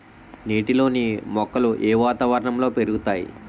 నీటిలోని మొక్కలు ఏ వాతావరణంలో పెరుగుతాయి?